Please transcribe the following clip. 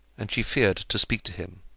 and she feared to speak to him.